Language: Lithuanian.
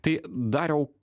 tai dariau